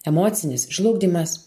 emocinis žlugdymas